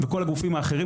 וכל הגופים האחרים,